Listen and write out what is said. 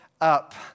up